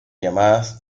llamadas